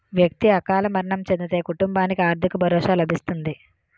వ్యక్తి అకాల మరణం చెందితే కుటుంబానికి ఆర్థిక భరోసా లభిస్తుంది